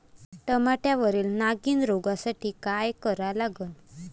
टमाट्यावरील नागीण रोगसाठी काय करा लागन?